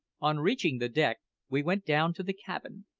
on reaching the deck we went down to the cabin,